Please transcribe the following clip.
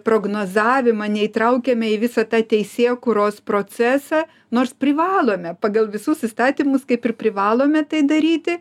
prognozavimą neįtraukiame į visą tą teisėkūros procesą nors privalome pagal visus įstatymus kaip ir privalome tai daryti